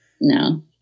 No